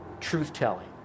truth-telling